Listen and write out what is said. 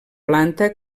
planta